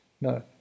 No